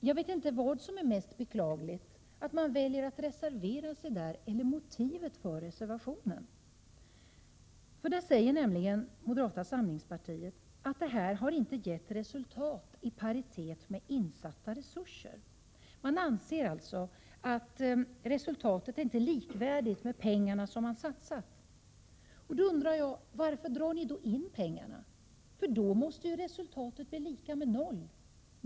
Jag vet inte vad som är mest beklagligt; att man väljer att reservera sig eller motivet till reservationen. Moderata samlingspartiet säger nämligen att detta har ”inte gett resultat i paritet med insatta resurser”. Man anser alltså att resultatet inte är likvärdigt med pengarna man har satsat. Varför drar ni in pengarna? Resultatet måste ju bli lika med noll.